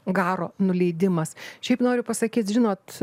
garo nuleidimas šiaip noriu pasakyt žinot